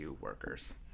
workers